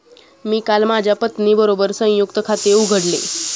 मी काल माझ्या पत्नीबरोबर संयुक्त खाते उघडले